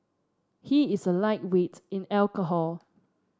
he is a lightweight in alcohol